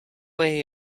way